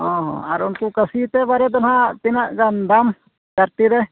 ᱚᱻ ᱦᱚᱸ ᱟᱨ ᱩᱱᱠᱩ ᱠᱷᱟᱹᱥᱤ ᱛᱮ ᱵᱟᱨᱭᱟ ᱫᱚ ᱦᱟᱸᱜ ᱛᱤᱱᱟᱹᱜ ᱜᱟᱱ ᱫᱟᱢ ᱪᱟᱨᱴᱤ ᱨᱮ